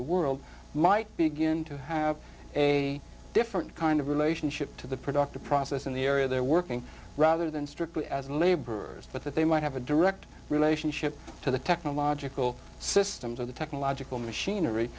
the world might begin to have a different kind of relationship to the productive process in the area they're working rather than strictly as laborers but that they might have a direct relationship to the technological systems or the technological machinery